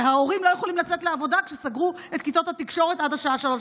וההורים לא יכולים לצאת לעבודה כשסגרו את כיתות התקשורת בשעה